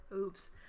Oops